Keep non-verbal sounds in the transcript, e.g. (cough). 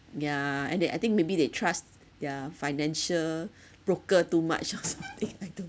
yeah and then I think maybe they trust their financial broker too much or something (laughs) I don't